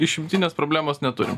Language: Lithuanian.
išimtinės problemos neturim